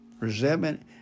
resentment